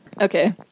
Okay